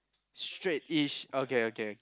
straight-ish okay okay